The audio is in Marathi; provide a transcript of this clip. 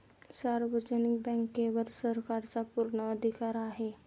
सार्वजनिक बँकेवर सरकारचा पूर्ण अधिकार आहे